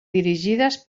dirigides